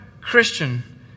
Christian